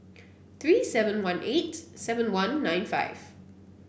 three seven one eight seven one nine five